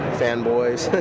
fanboys